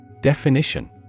Definition